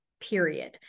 period